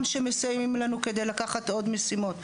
שמסייעים לנו כדי לקחת עוד משימות.